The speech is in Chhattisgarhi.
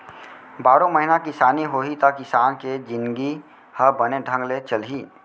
बारो महिना किसानी होही त किसान के जिनगी ह बने ढंग ले चलही